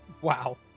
wow